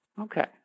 Okay